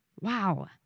Wow